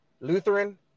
Lutheran